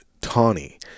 tawny